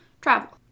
travel